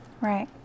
Right